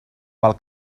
pel